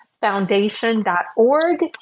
foundation.org